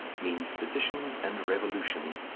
means seditions and revolutions,